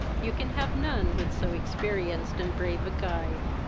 you can have none with so experienced and brave a guide.